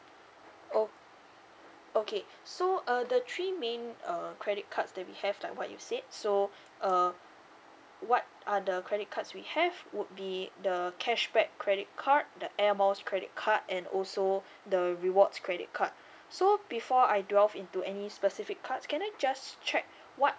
o~ okay so uh the three main err credit cards that we have like what you said so uh what are the credit cards we have would be the cashback credit card the airmiles credit card and also the rewards credit card so before I delve into any specific cards can I just check what